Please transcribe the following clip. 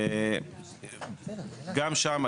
גם שם,